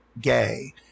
gay